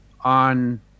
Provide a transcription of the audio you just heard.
on